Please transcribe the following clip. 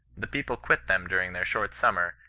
the people quit them during their short summer,